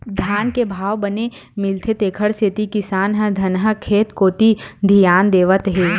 धान के भाव बने मिलथे तेखर सेती किसान ह धनहा खेत कोती धियान देवत हे